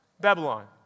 Babylon